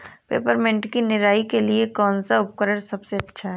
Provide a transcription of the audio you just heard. Peppermint की निराई के लिए कौन सा उपकरण सबसे अच्छा है?